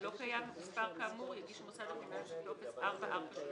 לא קיים מספר כאמור, יגיש המוסד הפיננסי טופס 4436